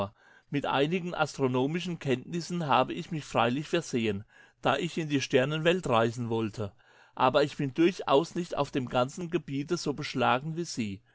mit einigen astronomischen kenntnissen habe ich mich freilich versehen da ich in die sternenwelt reisen wollte aber ich bin durchaus nicht auf dem ganzen gebiete so beschlagen wie sie